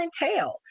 entail